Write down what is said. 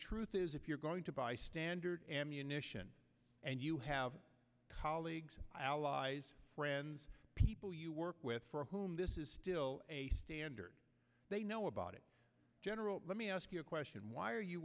truth is if you're going to buy standard ammunition and you have colleagues allies friends people you work with for whom this is still a standard they know about it general let me ask you a question why are you